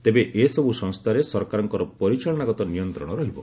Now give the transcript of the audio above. ତେବେ ଏ ସବୁ ସଂସ୍ଥାରେ ସରକାରଙ୍କର ପରିଚାଳନାଗତ ନିୟନ୍ତ୍ରଣ ରହିବ